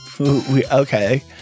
Okay